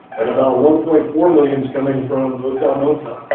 and about one point four million is coming from hotel motel.